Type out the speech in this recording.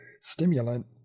stimulant